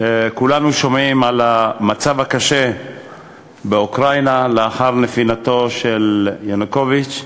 כולנו שומעים על המצב הקשה באוקראינה לאחר נפילתו של ינוקוביץ,